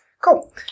cool